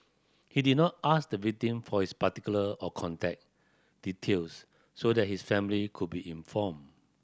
he did not ask the victim for his particulars or contact details so that his family could be informed